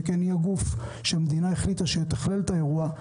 שכן היא הגוף שהמדינה החליטה שהיא מתכללת את האירוע,